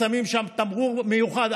שמים שם תמרור מיוחד,